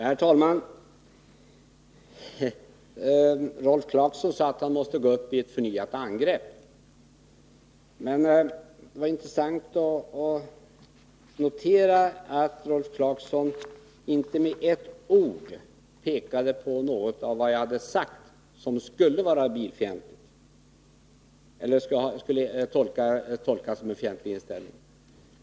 Herr talman! Rolf Clarkson sade att han måste gå till förnyat angrepp. Men det var intressant att notera att Rolf Clarkson inte kunde peka på någonting som jag hade sagt som skulle kunna tolkas som att jag hade en bilfientlig inställning.